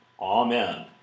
Amen